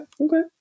okay